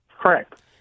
Correct